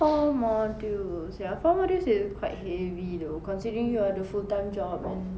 four modules ya four modules is quite heavy though considering you ada full time job and